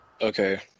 Okay